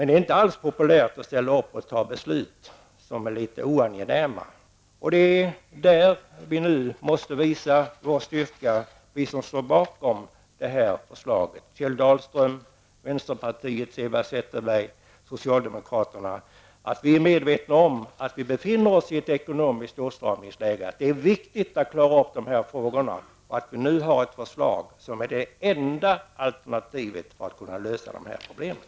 Det är inte alls populärt att ställa upp och fatta beslut som är litet oangenäma. Det är där vi nu måste visa vår styrka, vi som står bakom detta förslag: Kjell Dahlström, vänsterpartiets Eva Zetterberg och socialdemokraterna. Vi måste vara medvetna om att vi befinner oss i ett ekonomiskt åtstramningsläge. Det är viktigt att klara ut dessa frågor och att vi nu får ett förslag som är det enda alternativet för att göra det.